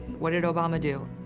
what did obama do?